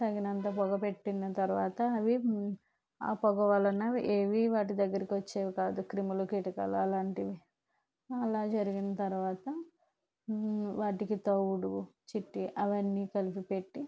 తగినంత పొగ పెట్టిన తర్వాత అవి ఆ పొగ వలన ఏవి వాటి దగ్గరికి వచ్చేవి కాదు క్రిములు కీటకాలు అలాంటివి అలా జరిగిన తర్వాత వాటికి తౌడు చిట్టి అవన్నీ కలిపి పెట్టి